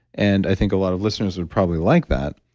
and i think a lot of listeners would probably like that,